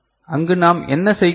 அங்கு நாம் என்ன செய்கிறோம்